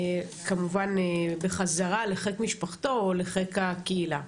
כמובן בחזרה לחיק משפחתו או לחיק הקהילה.